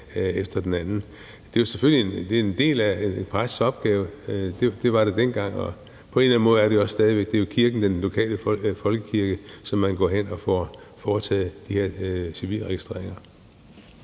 skrive af. Det var selvfølgelig en del af en præsts opgave. Det var det dengang, og på en eller anden måde er det det også stadig væk. Det er jo i den lokale folkekirke, at man går hen og får foretaget de civilregistreringer.